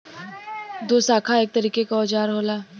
दोशाखा एक तरीके के औजार होला